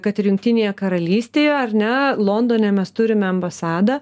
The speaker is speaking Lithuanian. kad ir jungtinėje karalystėje ar ne londone mes turime ambasadą